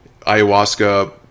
ayahuasca